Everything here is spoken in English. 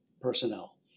personnel